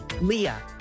Leah